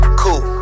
cool